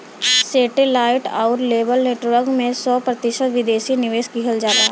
सेटे light आउर cable network में सौ प्रतिशत विदेशी निवेश किहल जाला